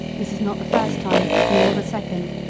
this is not the first time, nor the second,